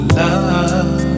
love